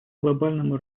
глобальному